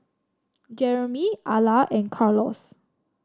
Jeremy Alla and Carlos